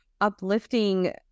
uplifting